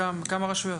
כמה רשויות?